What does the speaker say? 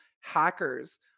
hackers